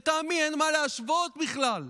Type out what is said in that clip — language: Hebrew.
לטעמי אפילו אין מה להשוות בכלל,